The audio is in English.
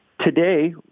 Today